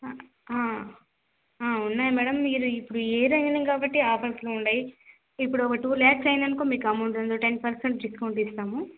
ఆ ఆ ఉన్నాయి మేడం ఇది ఇప్పుడు ఇయర్ ఎండింగ్ కాబట్టి ఆఫర్స్లో ఉన్నాయి ఇప్పుడు ఒక టూ లాక్స్ అయిందనుకో మీకు అమౌంట్ అందులో టెన్ పర్సెంట్ డిస్కౌంట్ ఇస్తాము